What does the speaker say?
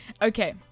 Okay